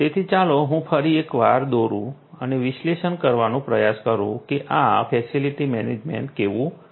તેથી ચાલો હું ફરી એક વાર દોરું અને વિશ્લેષણ કરવાનો પ્રયાસ કરું કે આ ફેસિલિટી મેનેજમેન્ટ કેવું હશે